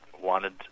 wanted